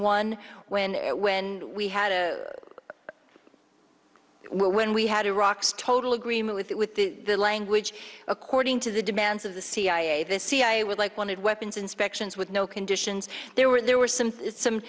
one when when we had a when we had iraq's total agreement with it with the language according to the demands of the cia the cia would like wanted weapons inspections with no conditions there were there were some some